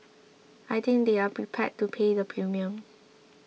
and I think they're prepared to pay the premium